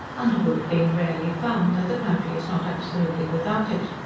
underwood being rarely found, though the country is not absolutely without it.